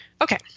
Okay